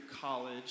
college